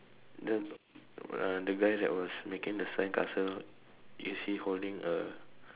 then uh the guy that was making the sandcastle is he holding a